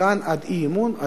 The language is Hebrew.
מכאן ועד הבעת אי-אמון בממשלה,